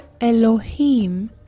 Elohim